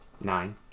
Nine